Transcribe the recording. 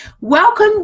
Welcome